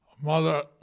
Mother